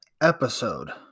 episode